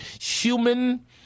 human